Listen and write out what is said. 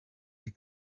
die